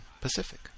Pacific